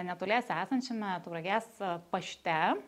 netoliese esančiame tauragės pašte